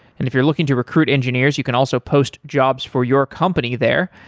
if you're looking to recruit engineers, you can also post jobs for your company there.